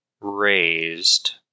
raised